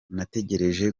nagerageje